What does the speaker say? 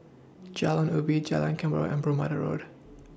Jalan Ubi Jalan Kemboja and Bermuda Road